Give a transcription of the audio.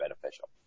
beneficial